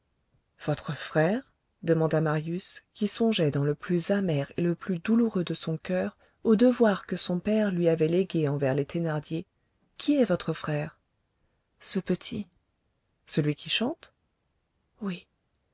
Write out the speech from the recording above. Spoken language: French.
votre frère demanda marius qui songeait dans le plus amer et le plus douloureux de son coeur aux devoirs que son père lui avait légués envers les thénardier qui est votre frère ce petit celui qui chante oui